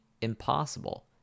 impossible